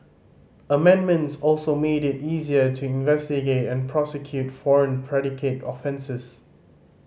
amendments also made it easier to investigate and prosecute foreign predicate offences